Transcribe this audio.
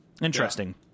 interesting